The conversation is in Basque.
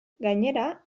gainera